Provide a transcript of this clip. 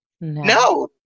No